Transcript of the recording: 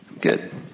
good